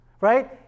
right